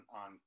on